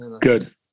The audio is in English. Good